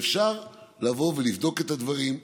ואפשר לבוא ולבדוק את הדברים.